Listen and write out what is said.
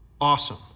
awesome